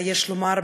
יש לומר,